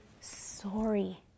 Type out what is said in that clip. sorry